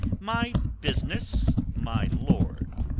my business, my lord,